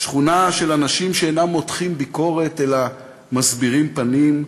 שכונה של אנשים שאינם מותחים ביקורת אלא מסבירים פנים,